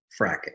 fracking